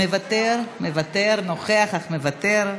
נוכח אך מוותר,